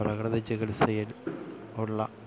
പ്രകൃതി ചികിത്സയിൽ ഉള്ള